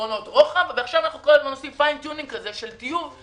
פתרונות רוחב ועכשיו אנחנו עושים יותר כוונון של טיוב.